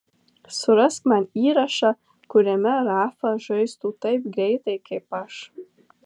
surask man įrašą kuriame rafa žaistų taip greitai kaip aš